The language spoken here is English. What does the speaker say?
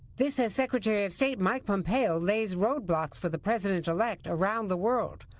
this has secretary of state mike pompeo lays roadblocks for the president-elect around the world.